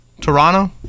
Toronto